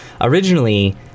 originally